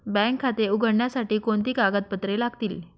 Bank खाते उघडण्यासाठी कोणती कागदपत्रे लागतील?